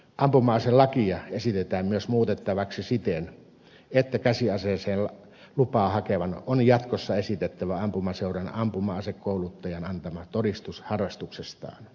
ampuma aselakia esitetään myös muutettavaksi siten että käsiaseeseen lupaa hakevan on jatkossa esitettävä ampumaseuran ampuma asekouluttajan antama todistus harrastuksestaan